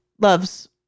loves